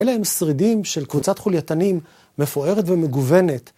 אלה הם שרידים של קבוצת חולייתנים מפוארת ומגוונת.